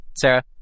Sarah